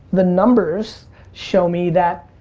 the numbers show me that,